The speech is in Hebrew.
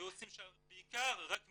ועושים שם בעיקר רק מידע.